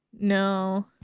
No